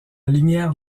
lumière